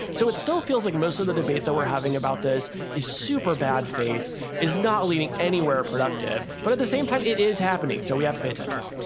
so it still feels like most of the debate that we're having about this is super bad. faith is not leading anywhere productive. but at the same time, it is. happening, so we have to pay attention